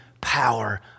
power